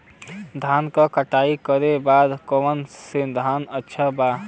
धान क कटाई करे बदे कवन साधन अच्छा बा?